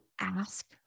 ask